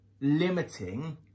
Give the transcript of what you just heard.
limiting